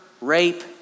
rape